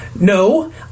No